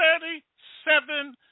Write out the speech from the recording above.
Thirty-seven